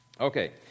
Okay